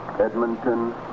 Edmonton